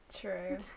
True